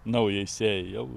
naujai sėjai jau